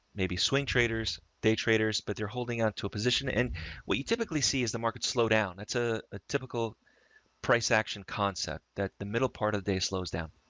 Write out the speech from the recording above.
maybe swing traders, day traders, but they're holding onto a position. and what you typically see as the market slow down. that's ah a typical price action concept that the middle part of the day slows down.